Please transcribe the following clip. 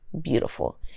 Beautiful